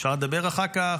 אפשר לדבר אחר כך,